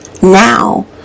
Now